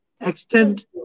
extend